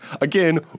again